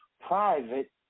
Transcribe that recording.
private